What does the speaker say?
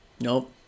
Nope